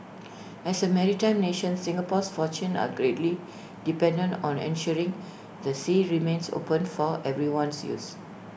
as A maritime nation Singapore's fortunes are greatly dependent on ensuring the sea remains open for everyone's use